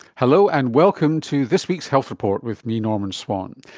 hello, and welcome to this week's health report with me, norman swan.